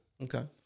Okay